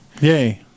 Yay